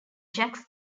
jacques